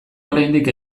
oraindik